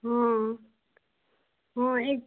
हँ हँ एक